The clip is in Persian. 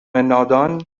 نادان